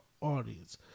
audience